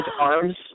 arms